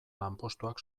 lanpostuak